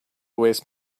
waste